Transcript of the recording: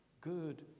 good